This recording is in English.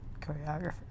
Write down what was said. choreographer